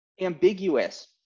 ambiguous